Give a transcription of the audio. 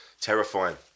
terrifying